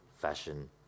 fashion